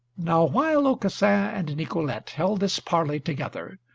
now while aucassin and nicolete held this parley together,